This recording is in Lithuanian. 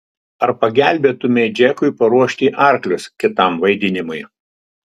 ar pagelbėtumei džekui paruošti arklius kitam vaidinimui